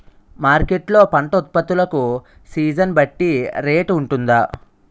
Market లొ పంట ఉత్పత్తి లకు సీజన్ బట్టి రేట్ వుంటుందా?